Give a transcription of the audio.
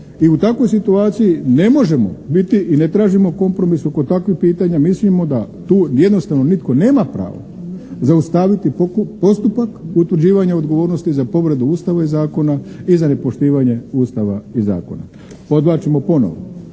I u takvoj situaciji ne možemo biti i ne tražimo kompromis oko takvih pitanja, mislimo da tu jednostavno nitko nema prava zaustaviti postupak utvrđivanja odgovornosti za povredu Ustava i zakona i za nepoštivanje Ustava i zakona. Podvlačimo ponovo,